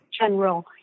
general